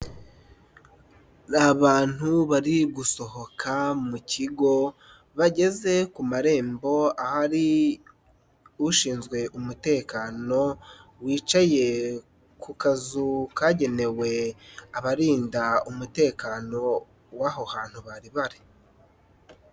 Ni abantu bari gusohoka mu kigo bageze ku marembo, ahari ushinzwe umutekano wicaye ku kazu kagenewe abarinda umutekano w'aho hantu bari bari.